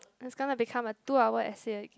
its gonna to become a two hour essay again